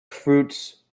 fruits